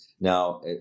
Now